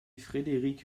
frédéric